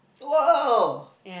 !woah!